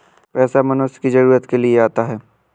पैसा मनुष्य की जरूरत के लिए आता है